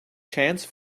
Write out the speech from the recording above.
chance